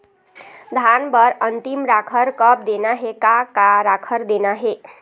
धान बर अन्तिम राखर कब देना हे, का का राखर देना हे?